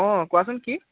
অঁ কোৱাচোন কি